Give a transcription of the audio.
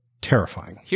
terrifying